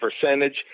percentage